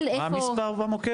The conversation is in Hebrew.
מה המספר במוקד?